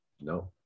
No